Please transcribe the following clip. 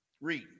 Read